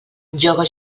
lloga